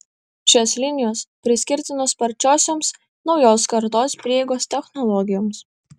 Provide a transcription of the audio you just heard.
šios linijos priskirtinos sparčiosioms naujos kartos prieigos technologijoms